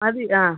മതി ആ